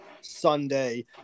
Sunday